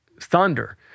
thunder